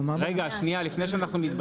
לפני שאנחנו מתפזרים,